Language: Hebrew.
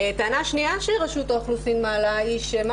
טענה שנייה שרשות האוכלוסין מעלה היא שמה